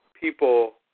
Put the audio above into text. people